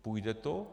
Půjde to?